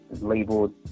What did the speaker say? labeled